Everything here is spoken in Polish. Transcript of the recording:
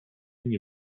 nie